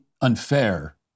unfair